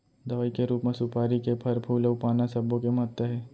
दवई के रूप म सुपारी के फर, फूल अउ पाना सब्बो के महत्ता हे